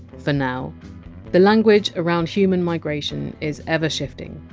for now the language around human migration is ever shifting,